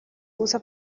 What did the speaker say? usa